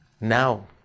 Now